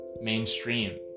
mainstream